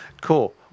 Cool